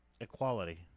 Equality